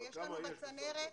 אבל כמה יש בסך הכול?